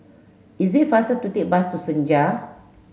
it is faster to take the bus to Senja